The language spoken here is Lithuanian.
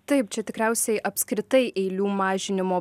taip čia tikriausiai apskritai eilių mažinimo